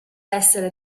essere